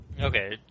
Okay